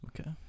Okay